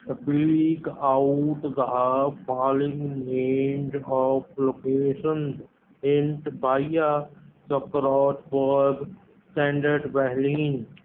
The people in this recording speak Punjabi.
speak out the following named of locations hint via scratch vogue standard whaling